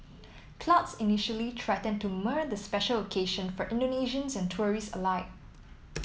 clouds initially threatened to mar the special occasion for Indonesians and tourists alike